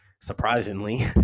surprisingly